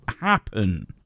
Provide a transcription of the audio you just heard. happen